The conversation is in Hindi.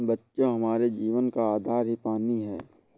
बच्चों हमारे जीवन का आधार ही पानी हैं